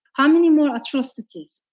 how many more atrocities?